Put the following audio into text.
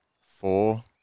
four